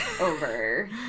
over